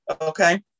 Okay